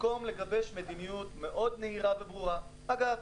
במקום לגבש מדיניות מאוד נהירה אגב,